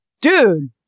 dude